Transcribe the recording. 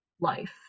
life